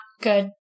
good